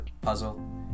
puzzle